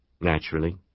naturally